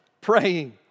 praying